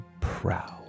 proud